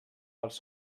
pels